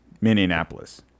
minneapolis